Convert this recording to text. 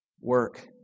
work